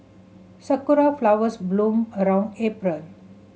sakura flowers bloom around April